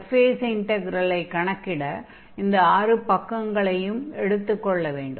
surface இன்டக்ரெலை கணக்கிட இந்த ஆறு பக்கங்களை எடுத்துக் கொள்ள வேண்டும்